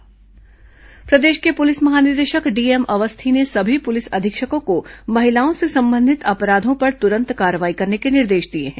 police महानिदेशक बैठक प्रदेश के पुलिस महानिदेशक डीएम अवस्थी ने सभी पुलिस अधीक्षकों को महिलाओं से संबंधित अपराधों पर तुरंत कार्रवाई करने के निर्देश दिए हैं